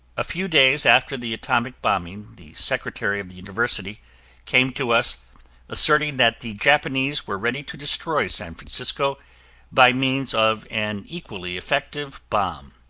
a few days after the atomic bombing, the secretary of the university came to us asserting that the japanese were ready to destroy san francisco by means of an equally effective bomb.